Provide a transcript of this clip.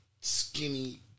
skinny